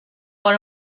for